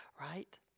right